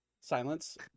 silence